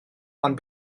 ond